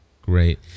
Great